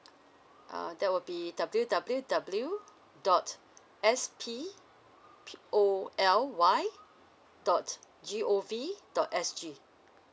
err that would be W_W_W dot S_P_O_L_Y dot G_O_V dot S_G